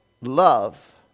love